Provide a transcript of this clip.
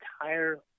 entire